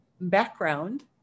background